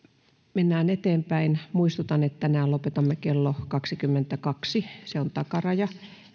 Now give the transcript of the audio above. mennään eteenpäin muistutan että tänään lopetamme kello kaksikymmentäkaksi se on takaraja